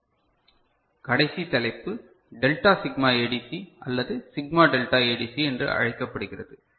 ஏடிசியின் கடைசி தலைப்பு delta sigma ADC அல்லது சிக்மா டெல்டா ஏடிசி என்று அழைக்கப்படுகிறது